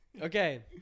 Okay